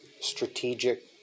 strategic